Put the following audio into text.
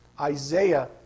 Isaiah